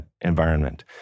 environment